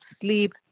sleep